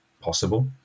possible